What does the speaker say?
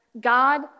God